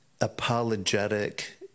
apologetic